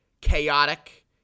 chaotic